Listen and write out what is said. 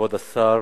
כבוד השר,